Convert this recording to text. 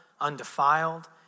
undefiled